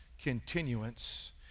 continuance